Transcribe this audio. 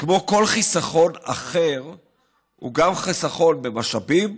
שכמו כל חיסכון אחר הוא גם חיסכון במשאבים,